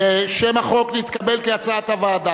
שם החוק נתקבל כהצעת הוועדה.